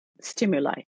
stimuli